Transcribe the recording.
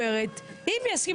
הוא יגיד לי